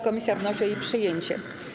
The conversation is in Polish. Komisja wnosi o jej przyjęcie.